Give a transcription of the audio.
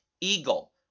Eagle